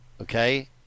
okay